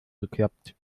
geklappt